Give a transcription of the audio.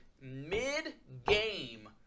mid-game